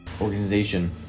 organization